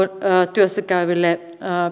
työssä käyville